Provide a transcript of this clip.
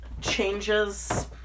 changes